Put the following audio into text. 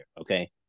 Okay